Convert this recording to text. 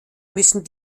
müssen